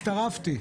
הצטרפתי.